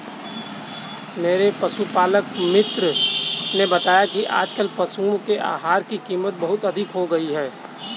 मेरे पशुपालक मित्र ने बताया कि आजकल पशुओं के आहार की कीमत बहुत अधिक हो गई है